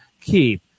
keep